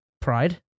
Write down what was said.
Pride